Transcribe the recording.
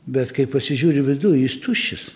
bet kai pasižiūri viduj jis tuščias